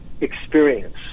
experience